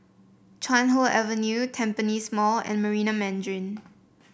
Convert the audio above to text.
Chuan Hoe Avenue Tampines Mall and Marina Mandarin